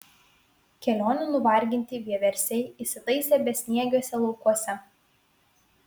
kelionių nuvarginti vieversiai įsitaisė besniegiuose laukuose